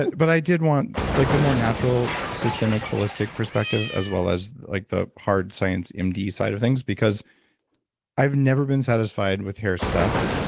but i did want like the more natural, systemic, holistic perspective as well as like the hard-science um md side of things because i've never been satisfied with hair stuff.